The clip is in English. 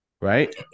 Right